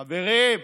חברים,